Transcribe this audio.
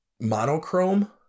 Monochrome